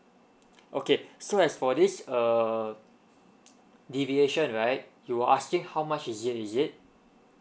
okay so as for this uh deviation right you are asking how much difference is it